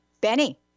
Benny